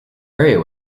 area